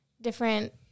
different